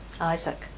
Isaac